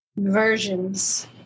versions